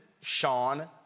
Sean